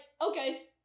okay